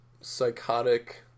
psychotic